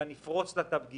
אלא נפרוס לה את הפגיעה.